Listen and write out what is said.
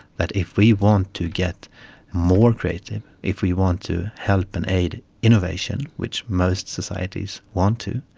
that if we want to get more creative, if we want to help and aid innovation, which most societies want to,